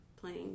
playing